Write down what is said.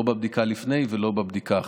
לא בבדיקה לפני ולא בבדיקה אחרי.